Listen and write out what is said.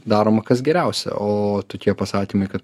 daroma kas geriausia o tokie pasakymai kad